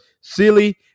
silly